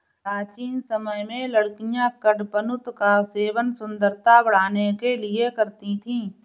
प्राचीन समय में लड़कियां कडपनुत का सेवन सुंदरता बढ़ाने के लिए करती थी